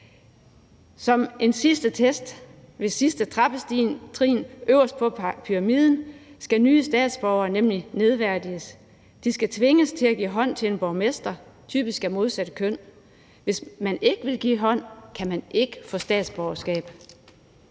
Som en sidste test ved sidste trappetrin øverst i pyramiden skal nye statsborgere nemlig nedværdiges: De skal tvinges til at give hånd til en borgmester, typisk af modsatte køn, og hvis man ikke vil give hånd, kan man ikke få statsborgerskab.